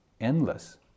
endless